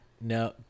No